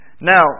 Now